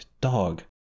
Dog